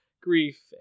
grief